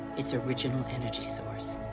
its original energy source.